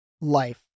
life